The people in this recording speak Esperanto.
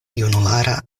junulara